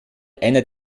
einer